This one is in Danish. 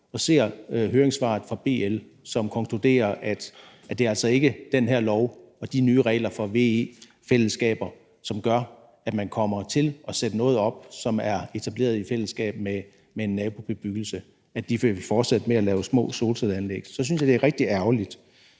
og læser høringssvaret fra BL, som konkluderer, at det altså ikke er den her lov og de nye regler for VE-fællesskaber, som gør, at man kommer til at sætte noget op, som er etableret i fællesskab med en nabobebyggelse – at de vil fortsætte med at lave små solcelleanlæg – så synes jeg, det er rigtig ærgerligt.